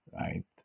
right